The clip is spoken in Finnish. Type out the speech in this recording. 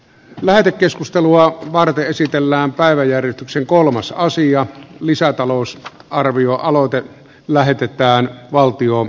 lähetekeskustelua varten esitellään päiväjärjestyksen kolmas aasian lisätalous arvio lisätalousarvioaloite lähetetään valtiovarainvaliokuntaan